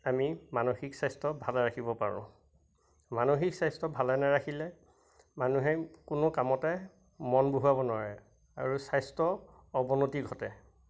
আমি মানসিক স্বাস্থ্য ভালে ৰাখিব পাৰোঁ মানসিক স্বাস্থ্য ভালে নেৰাখিলে মানুহে কোনো কামতে মন বহুৱাব নোৱাৰে আৰু স্বাস্থ্য অৱনতি ঘটে